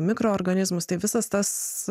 mikroorganizmus tai visas tas